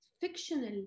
fictional